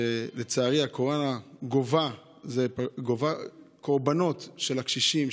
שלצערי הקורונה גובה קורבנות של קשישים,